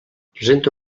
presenta